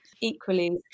equally